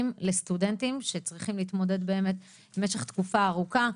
לסטודנטים שצריכים להתמודד באמת במשך תקופה ארוכה.